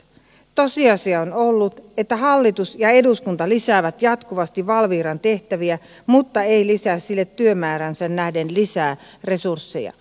tosiasia on ollut että hallitus ja eduskunta lisäävät jatkuvasti valviran tehtäviä mutta eivät anna sille työmääräänsä nähden lisää resursseja